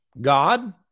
God